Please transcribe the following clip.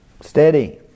Steady